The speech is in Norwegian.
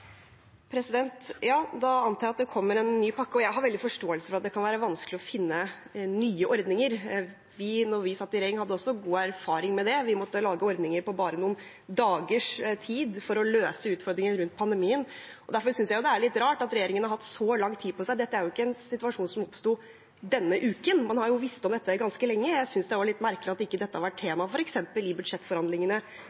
Da antar jeg at det kommer en ny pakke, og jeg har veldig stor forståelse for at det kan være vanskelig å finne nye ordninger. Vi, da vi satt i regjering, hadde også god erfaring med det. Vi måtte lage ordninger i løpet av bare noen dager for å løse utfordringer rundt pandemien. Derfor synes jeg det er litt rart, for regjeringen har hatt så lang tid på seg. Dette er jo ikke en situasjon som oppsto denne uken, man har jo visst om dette ganske lenge. Jeg synes det er litt merkelig at ikke dette har vært